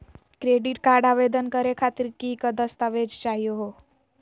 Credit card आवेदन करे खातीर कि क दस्तावेज चाहीयो हो?